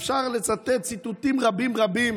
אפשר לצטט ציטוטים רבים רבים